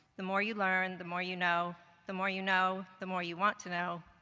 the more you learn, the more you know. the more you know, the more you want to know.